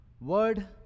word